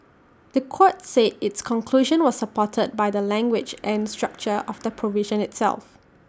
The Court said its conclusion was supported by the language and structure of the provision itself